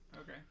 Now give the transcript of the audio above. Okay